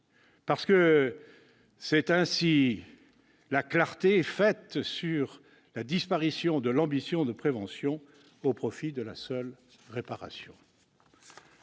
parce que, ainsi, la clarté est faite sur la disparition de l'ambition de prévention au profit de la seule réparation.